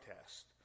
test